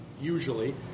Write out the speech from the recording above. usually